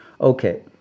Okay